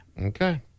Okay